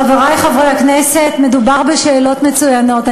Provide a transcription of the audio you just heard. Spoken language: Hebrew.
חברי חברי הכנסת, מדובר בשאלות מצוינות.